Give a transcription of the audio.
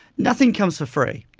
nothing comes for free.